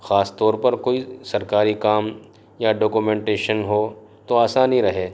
خاص طور پر کوئی سرکاری کام یا ڈاکومینٹیشن ہو تو آسانی رہے